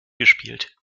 gespielt